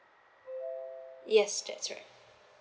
yes that's right